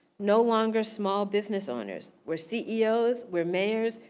no longer small business owners, we're ceos, we're mayors,